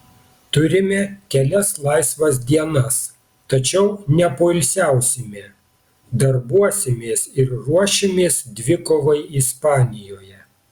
turime kelias laisvas dienas tačiau nepoilsiausime darbuosimės ir ruošimės dvikovai ispanijoje